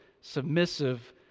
submissive